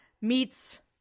meets